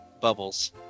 bubbles